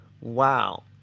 Wow